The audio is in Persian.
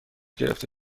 گرفته